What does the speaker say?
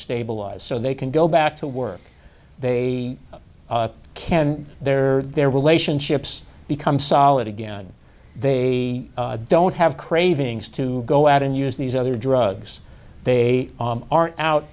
stabilize so they can go back to work they can their their relationships become solid again they don't have cravings to go out and use these other drugs they are out